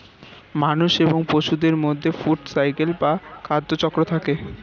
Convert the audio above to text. মানুষ এবং পশুদের মধ্যে ফুড সাইকেল বা খাদ্য চক্র থাকে